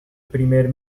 primer